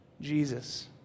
Jesus